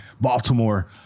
Baltimore